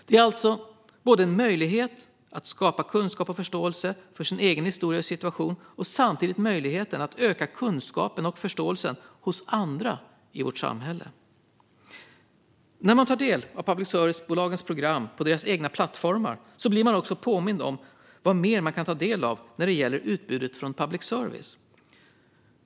Det är alltså både en möjlighet att skapa kunskap om och förståelse för sin egen historia och situation och en möjlighet att öka kunskapen och förståelsen hos andra i vårt samhälle. När man tar del av public service-bolagens program på deras egna plattformar blir man påmind om vad mer man kan ta del av när det gäller utbudet från public service.